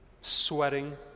Sweating